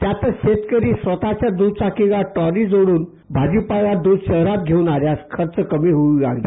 त्यातच शेतकरी स्वतःच्या द्रचाकीला ट्रॉली जोड्रन भाजीपाला द्ध शहरात घेऊन आल्यास खर्च कमी होऊ लागला